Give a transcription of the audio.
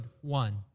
one